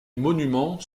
monuments